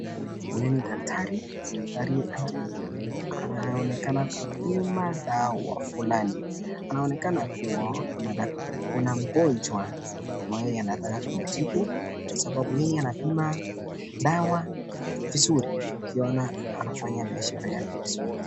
Huyu ni daktari, daktari anaonekana kubima dawa fulani, inaonekana kuwa kuna mgonjwa ambaye anataka kumtibu kwa sababu hii anabima dawa vizuri ukiona anafanya biashara yake vizuri.